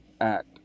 Act